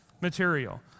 material